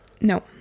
No